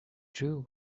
drew